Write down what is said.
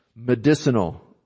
Medicinal